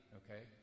okay